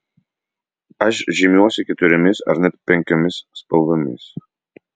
aš žymiuosi keturiomis ar net penkiomis spalvomis